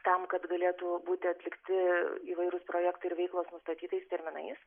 tam kad galėtų būti atlikti įvairūs projektai ir veiklos nustatytais terminais